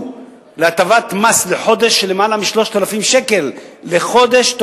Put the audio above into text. להטבת מס של יותר מ-3,000 שקל לחודש,